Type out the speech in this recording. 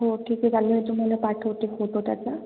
हो ठीक आहे चालेल तुम्हाला पाठवते फोटो त्याचा